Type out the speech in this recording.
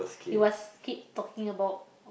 he was keep talking about